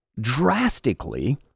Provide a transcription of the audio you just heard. drastically